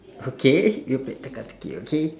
okay you play teka teki okay